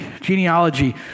genealogy